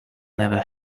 never